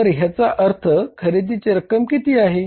तर याचा अर्थ खरेदीची रक्कम किती आहे